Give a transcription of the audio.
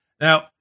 Now